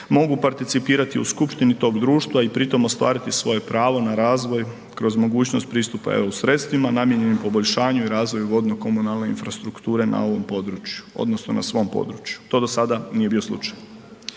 mogu participirati u skupštini tog društva i pri tom ostvariti svoje pravo na razvoj kroz mogućnost pristupa EU sredstvima namijenjenim poboljšanju i razvoju vodno komunalne infrastrukture na ovom području odnosno na svom području, to do sada nije bio slučaj.